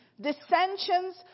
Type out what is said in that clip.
dissensions